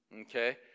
okay